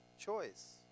choice